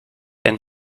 and